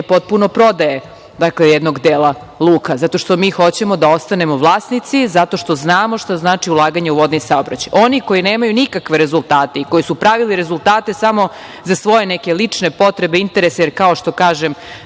potpuno prodaje jednog dela luka, zato što mi hoćemo da ostanemo vlasnici, zato što znamo šta znači ulaganje u vodni saobraćaj. Oni koji nemaju nikakve rezultate i koji su pravili rezultate samo za svoje neke lične potrebe, interese, jer kao što kažem,